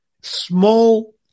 small